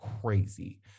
crazy